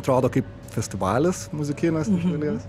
atrodo kaip festivalis muzikinis iš dalies